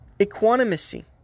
Equanimity